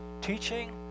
teaching